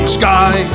sky